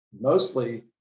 mostly